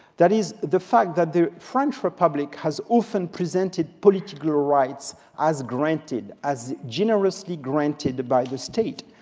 that is, the fact that the french republic has often presented political rights as granted, as generously granted by the state.